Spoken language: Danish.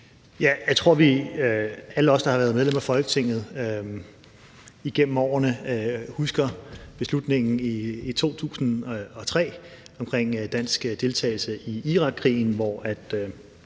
Jeg tror, at alle os, der har været medlem af Folketinget igennem årene, husker beslutningen i 2003 omkring dansk deltagelse i Irakkrigen, hvor